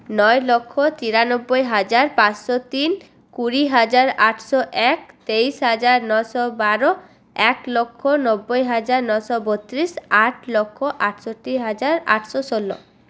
নয় লক্ষ তিরানব্বই হাজার পাঁচশো তিন কুড়ি হাজার আটশো এক তেইশ হাজার নশো বারো এক লক্ষ নব্বই হাজার নশো বত্রিশ আট লক্ষ আটষট্টি হাজার আটশো ষোল